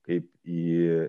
kaip į